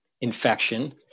infection